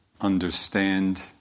understand